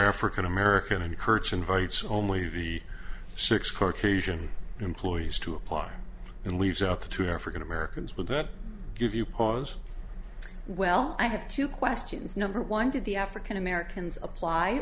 african american and kurt's invites only the six kark asian employees to apply and leaves out the two african americans but that give you pause well i have two questions number one did the african americans apply